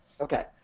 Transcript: Okay